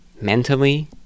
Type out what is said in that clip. Mentally